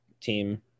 team